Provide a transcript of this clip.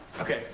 okay.